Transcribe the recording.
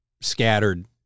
scattered